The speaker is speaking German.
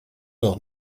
doch